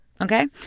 okay